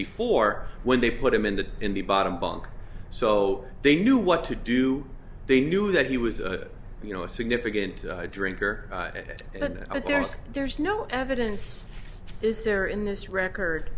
before when they put him in the in the bottom bunk so they knew what to do they knew that he was a you know a significant drinker but there's there's no evidence is there in this record